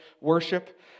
worship